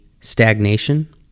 stagnation